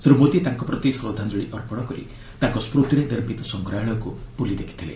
ଶ୍ରୀ ମୋଦି ତାଙ୍କ ପ୍ରତି ଶ୍ରଦ୍ଧାଞ୍ଚଳୀ ଅର୍ପଣ କରି ତାଙ୍କ ସ୍କୃତିରେ ନିର୍ମିତ ସଂଗ୍ରହାଳୟକୁ ବୁଲି ଦେଖିଥିଲେ